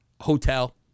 hotel